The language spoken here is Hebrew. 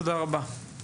תודה רבה.